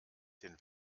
den